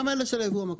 גם אלה של היבוא המקביל.